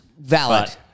Valid